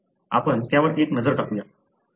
आपण त्यावर एक नजर टाकूया